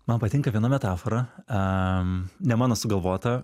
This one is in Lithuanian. man patinka viena metafora aaa ne mano sugalvota